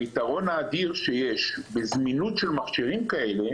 היתרון האדיר שיש בזמינות של מכשירים כאלה